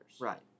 Right